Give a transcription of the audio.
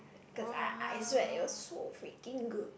cause I I swear it was so freaking good